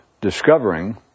discovering